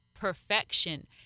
perfection